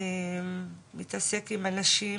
מתעסק עם אנשים